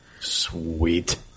Sweet